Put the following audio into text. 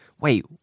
wait